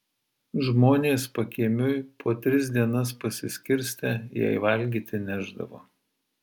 žmonės pakiemiui po tris dienas pasiskirstę jai valgyti nešdavo